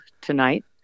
tonight